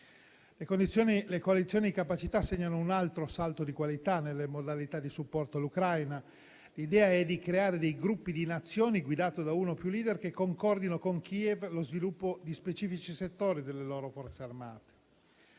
Le coalizioni di capacità segnano un altro salto di qualità nelle modalità di supporto all'Ucraina. L'idea è quella di aggregare gruppi di Nazioni, guidate da uno o più *leader*, che concordino con Kiev lo sviluppo di specifici settori delle loro Forze armate.